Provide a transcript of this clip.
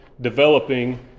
developing